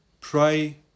Pray